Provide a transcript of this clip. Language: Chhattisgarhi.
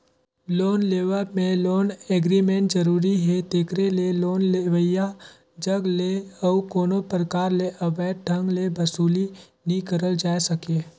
लोन लेवब में लोन एग्रीमेंट जरूरी हे तेकरे ले लोन लेवइया जग ले अउ कोनो परकार ले अवैध ढंग ले बसूली नी करल जाए सके